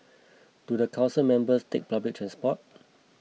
do the council members take public transport